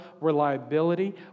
reliability